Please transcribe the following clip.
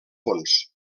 fons